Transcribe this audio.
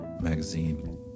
magazine